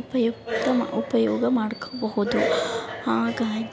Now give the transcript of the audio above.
ಉಪಯುಕ್ತ ಉಪಯೋಗ ಮಾಡ್ಕೊಳ್ಬಹುದು ಹಾಗಾಗಿ